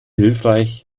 hilfreich